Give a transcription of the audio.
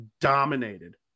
dominated